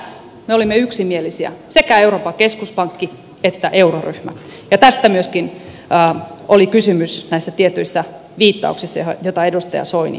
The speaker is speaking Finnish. tästä me olimme yksimielisiä sekä euroopan keskuspankki että euroryhmä ja tästä myöskin oli kysymys näissä tietyissä viittauksissa joita edustaja soini teki